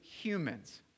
humans